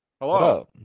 hello